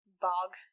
bog